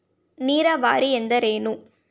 ನೀರಾವರಿ ಎಂದರೇನು?